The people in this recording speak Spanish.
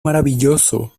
maravilloso